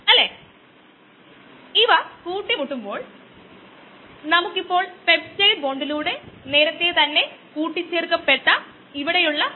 അതിനാൽ നമ്മൾ Lineweaver Burk plot plot ചെയ്യുകയാണെങ്കിൽ ഈ സ്ലോപ്പിൽ നിന്നും കൂടിച്ചേരലിൽ നിന്നും വേണ്ട കാര്യങ്ങൾ നമുക്ക് ലഭിക്കും